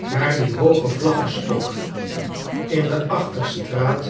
waar die hooge vlaggestok in de achterstraah